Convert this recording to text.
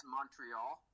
Montreal